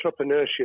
entrepreneurship